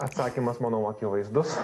atsakymas manau akivaizdus